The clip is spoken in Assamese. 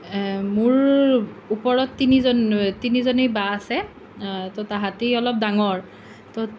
মোৰ ওপৰত তিনিজন তিনিজনী বা আছে তো তাহাঁতি অলপ ডাঙৰ তো